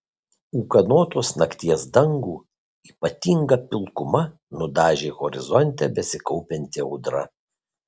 ūkanotos nakties dangų ypatinga pilkuma nudažė horizonte besikaupianti audra